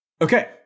Okay